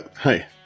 Hey